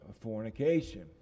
fornication